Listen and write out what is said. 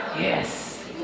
Yes